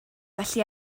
felly